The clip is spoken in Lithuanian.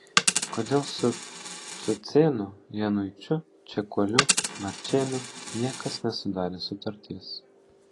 kodėl su cucėnu januičiu čekuoliu marčėnu niekas nesudarė sutarties